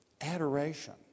adoration